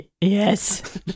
Yes